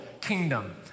kingdom